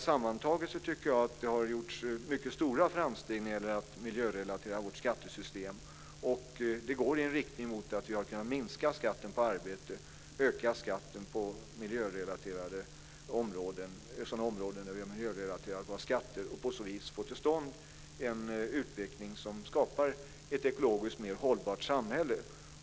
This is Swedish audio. Sammantaget tycker jag att det har gjorts mycket stora framsteg när det gäller att miljörelatera vårt skattesystem. Vi arbetar för att minska skatten på arbete och öka skatten på sådana områden där vi har miljörelaterat våra skatter. På så vis kan vi få till stånd en utveckling som skapar ett ekologiskt mer hållbart samhälle.